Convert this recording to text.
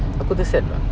aku dah send lah